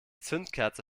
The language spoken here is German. zündkerze